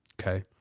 Okay